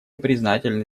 признательны